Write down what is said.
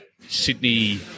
Sydney